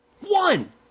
one